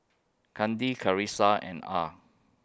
Kandi Karissa and Ah